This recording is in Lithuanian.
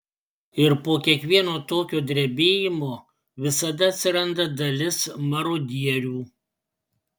ir po kiekvieno tokio drebėjimo visada atsiranda dalis marodierių